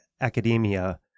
academia